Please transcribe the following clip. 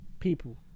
People